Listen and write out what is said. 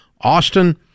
Austin